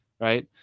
right